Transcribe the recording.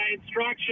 instruction